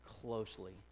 closely